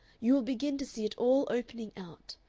you will begin to see it all opening out.